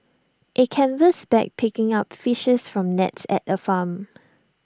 A canvas bag picking up fishes from nets at A farm